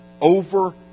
over